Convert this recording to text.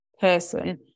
person